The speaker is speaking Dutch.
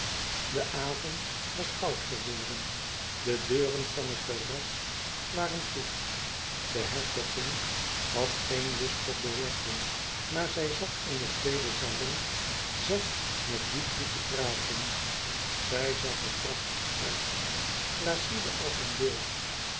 de avond was koud geworden de deuren van het terras waren toe de hertogin had geen lust tot biljarten maar zij zat in den tweeden salon zacht met dutri te praten zij zag er prachtig uit placide als een beeld